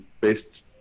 based